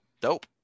dope